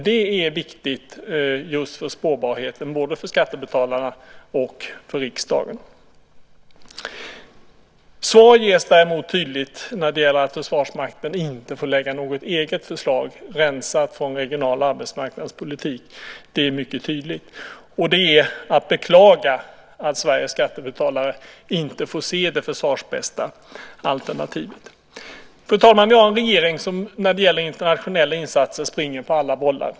Det är viktigt just för spårbarheten, både för skattebetalarna och för riksdagen. Svar ges däremot tydligt när det gäller att Försvarsmakten inte får lägga fram något eget förslag rensat från regional och arbetsmarknadspolitik. Det är mycket tydligt, och det är att beklaga att Sveriges skattebetalare inte får se det försvarsbästa alternativet. Fru talman! Vi har en regering som när det gäller internationella insatser springer på alla bollar.